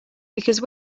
because